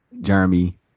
Jeremy